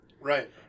right